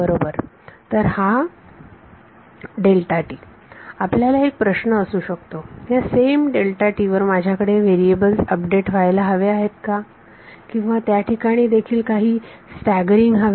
बरोबर तर हा आपल्याला एक प्रश्न असू शकतो ह्या सेम वर माझ्याकडे व्हेरीएबल्स अपडेट व्हायला हवे आहेत का किंवा त्याठिकाणी देखील काही स्टॅगरिंग हवे